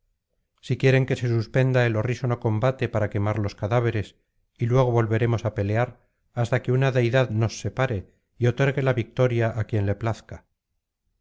si quieren que se suspenda el horrísono combate para quemar los cadáveres y luego volveremos á pelear hasta que una deidad nos separe y otorgue la victoria á quien le plazca